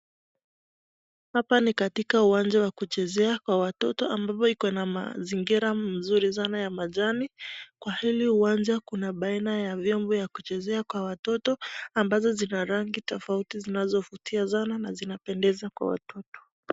Hapa ni katika uwanja wa kuchezea kwa watoto ambapo Iko na mazingira mzuri sana ya majani. Kwa hili uwanja kuna baina ya vyombo ya kuchezea kwa watoto . Ambazo zina rangi tofauti zinazofutia sana na zinazopendeza kwa watoto .